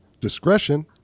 Discretion